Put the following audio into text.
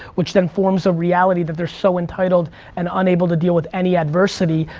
which then forms a reality that they're so entitled and unable to deal with any adversity.